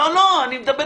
אני מדבר